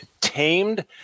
tamed